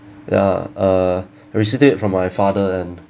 ya uh I received it from my father and